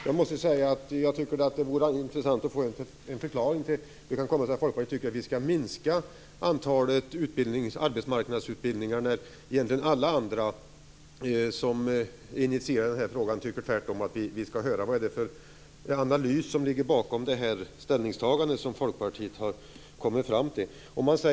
Det vore intressant att få en förklaring på hur det kan komma sig att Folkpartiet tycker att vi skall minska antalet arbetsmarknadsutbildningar när egentligen alla andra som är initierade i frågan tycker tvärtom. Vilken analys ligger bakom det ställningstagande som Folkpartiet har gjort?